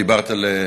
דיברת על,